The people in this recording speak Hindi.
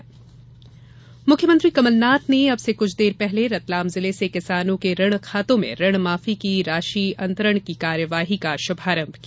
ऋणमाफी मुख्यमंत्री कमलनाथ ने अब से कुछ देर पहले रतलाम जिले से किसानों के ऋण खातों में ऋण माफी की राशि अंतरण की कार्यवाही का शुभारंभ किया